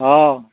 औ